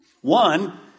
One